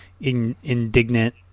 indignant